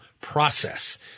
process